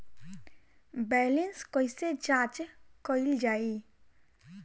Balance कइसे जांच कइल जाइ?